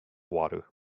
water